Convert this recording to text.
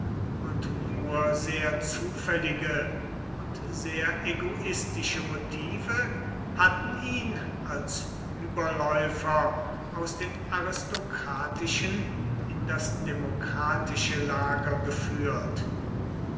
und nur sehr zufällige und sehr egoistische motive hatten ihn als überläufer aus dem aristokratischen in das demokratische lager geführt